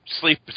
sleep